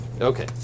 Okay